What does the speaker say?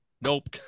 Nope